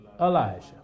Elijah